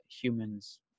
humans